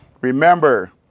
Remember